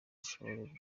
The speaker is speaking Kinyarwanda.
ushoboye